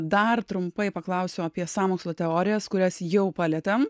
dar trumpai paklausiau apie sąmokslo teorijas kurias jau palietėm